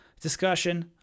discussion